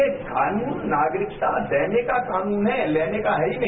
ये कानून नागरिकता देने का कानून है लेने है ही नहीं